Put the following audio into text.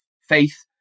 faith